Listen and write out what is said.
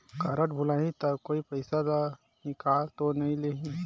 Card भुलाही ता कोई पईसा ला निकाल तो नि लेही?